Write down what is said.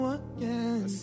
again